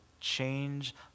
change